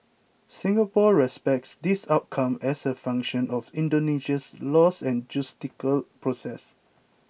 Singapore respects this outcome as a function of Indonesia's laws and judicial process